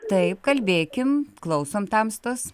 taip kalbėkim klausom tamstos